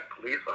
police